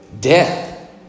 death